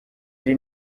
ari